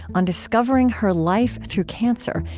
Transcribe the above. on discovering her life through cancer,